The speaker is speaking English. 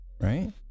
right